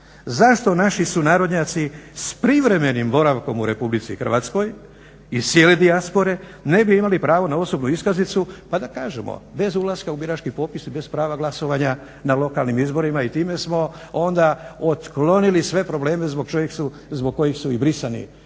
Zašto naši sunarodnjaci s privremenim boravkom u Republici Hrvatskoj iz cijele dijaspore ne bi imali pravo na osobnu iskaznicu pa da kažemo, bez ulaska u biračke popise i bez prava glasovanja na lokalnim izborima i time smo onda otklonili sve probleme zbog kojih su i brisani,